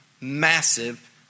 massive